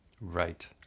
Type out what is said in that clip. Right